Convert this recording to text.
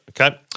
Okay